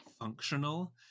functional